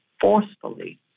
forcefully